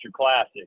Classic